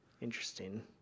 Interesting